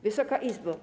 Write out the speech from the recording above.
Wysoka Izbo!